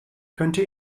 könnte